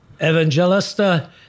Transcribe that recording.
Evangelista